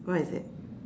what is it